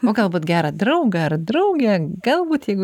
o galbūt gerą draugą ar draugę galbūt jeigu